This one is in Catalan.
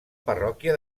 parròquia